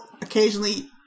occasionally